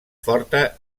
forta